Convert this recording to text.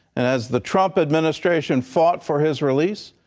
and as the trump administration fought for his release.